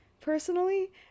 personally